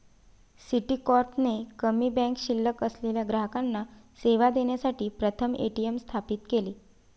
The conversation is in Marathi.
सिटीकॉर्प ने कमी बँक शिल्लक असलेल्या ग्राहकांना सेवा देण्यासाठी प्रथम ए.टी.एम स्थापित केले